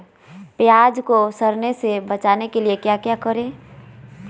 प्याज को सड़ने से बचाने के लिए क्या करें?